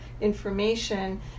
information